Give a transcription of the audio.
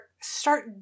start